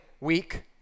week